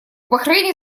бахрейне